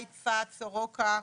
צפת, סורוקה.